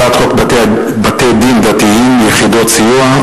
הצעת חוק בתי-דין דתיים (יחידות סיוע),